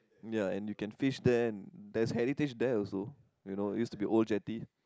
ya and you can fish there and there's heritage there also you know it used to be old jetty